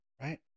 right